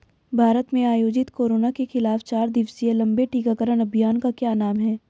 भारत में आयोजित कोरोना के खिलाफ चार दिवसीय लंबे टीकाकरण अभियान का क्या नाम है?